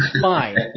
fine